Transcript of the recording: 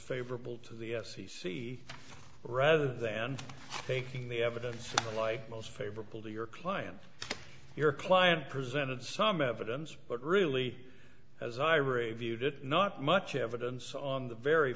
favorable to the s e c rather than taking the evidence like most favorable to your client your client presented some evidence but really as i reviewed it not much evidence on the very